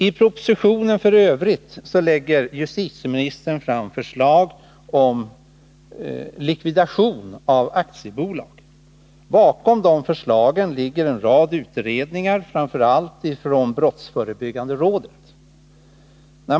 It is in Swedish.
I propositionen lägger justitieministern också fram förslag om likvidation av aktiebolag. Bakom dessa förslag ligger en rad utredningar, framför allt från brottsförebyggande rådet.